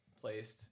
placed